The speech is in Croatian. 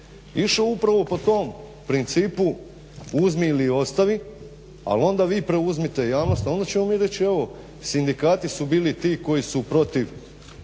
išao upravo po tom principu uzmi ili ostavi. A onda vi preuzmite javnost a onda ćemo mi reći evo sindikati su bili ti koji su protiv